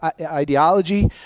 ideology